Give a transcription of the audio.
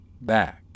back